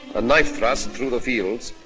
a knife thrust through the fields,